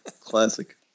Classic